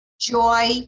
joy